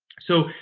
so,